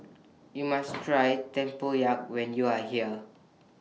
YOU must Try Tempoyak when YOU Are here